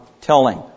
telling